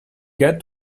get